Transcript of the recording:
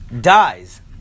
dies